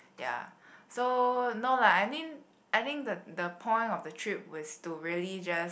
ya so no lah I think I think the the point of the trip is to really just